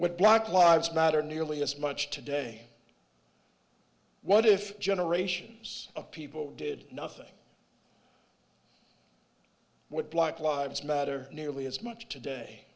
with black lives matter nearly as much today what if generations of people did nothing what black lives matter nearly as much today